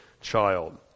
child